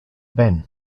ben